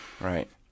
Right